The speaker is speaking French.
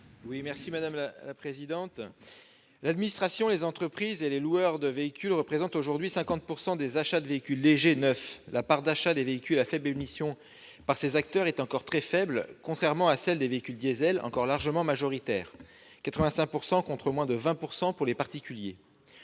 L'administration, les entreprises et les loueurs de véhicules représentent aujourd'hui 50 % des achats de véhicules légers neufs. La part d'achat des véhicules à faibles émissions par ces acteurs est encore très faible, contrairement à celle des véhicules diesel, encore largement majoritaire- 85 % contre moins de 20 % pour les particuliers.